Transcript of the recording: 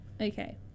Okay